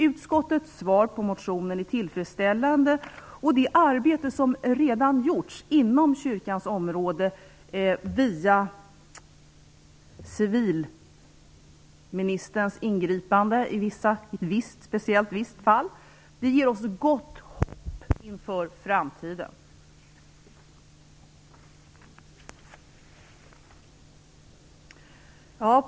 Utskottets svar på motionen är tillfredsställande, och det arbete som redan gjorts inom kyrkans område, via civilministerns ingripande i ett visst, speciellt fall, ger gott hopp inför framtiden.